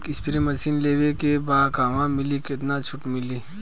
एक spray machine लेवे के बा कहवा मिली केतना छूट मिली?